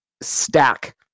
stack